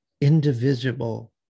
indivisible